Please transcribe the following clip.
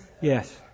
Yes